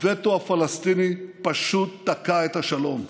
הווטו הפלסטיני פשוט תקע את השלום.